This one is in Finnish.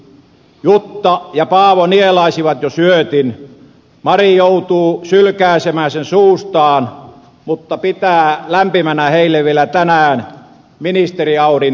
jutta ja paavo nielaisivat jo syötin mari joutuu sylkäisemään sen suustaan mutta pitää lämpimänä heille vielä tänään ministeri audin takapenkkiä